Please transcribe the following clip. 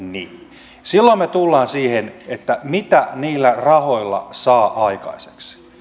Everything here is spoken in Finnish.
niin silloin me tulemme siihen mitä niillä rahoilla saa aikaiseksi